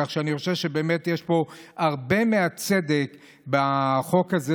כך שאני חושב שבאמת יש פה הרבה מהצדק בחוק הזה,